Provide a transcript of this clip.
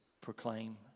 proclaim